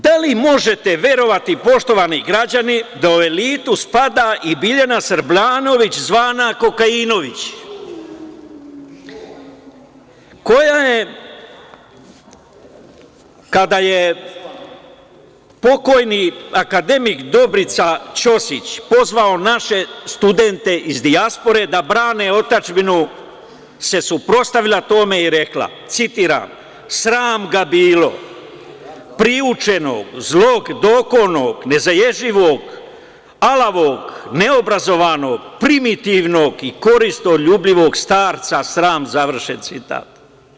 Da li možete verovati, poštovani građani, da u elitu spada i Biljana Srbljanović, zvana kokainović, koja je kada je pokojni akademik Dobrica Ćosić pozvao naše studente iz dijaspore da brane otadžbinu se suprotstavlja tome i kaže, citiram – sram ga bilo, priučenog, zlog, dokonog, nezaježljivog, alavog, neobrazovanog, primitivnog i koristoljubivog starca, sram, završen citat.